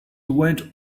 went